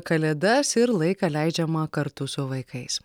kalėdas ir laiką leidžiamą kartu su vaikais